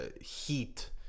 heat